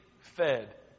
fed